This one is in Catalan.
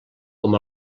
com